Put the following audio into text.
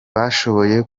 bashoboye